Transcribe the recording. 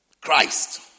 Christ